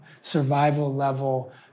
survival-level